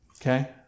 Okay